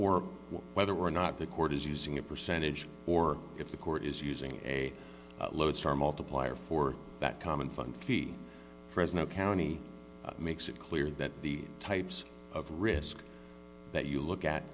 or whether or not the court is using a percentage or if the court is using a lodestar multiplier for that common fund feed fresno county makes it clear that the types of risk that you look at